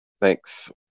Thanks